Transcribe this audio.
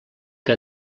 que